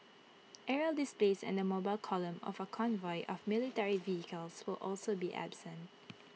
aerial displays and the mobile column of A convoy of military vehicles will also be absent